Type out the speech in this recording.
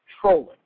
trolling